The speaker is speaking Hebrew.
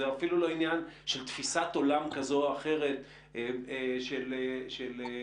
זה אפילו לא עניין של תפיסת עולם כזו או אחרת של השוק.